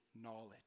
knowledge